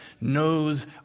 knows